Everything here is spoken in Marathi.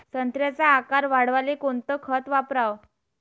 संत्र्याचा आकार वाढवाले कोणतं खत वापराव?